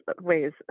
ways